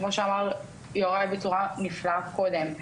כמו שאמר יוראי בצורה נפלאה קודם.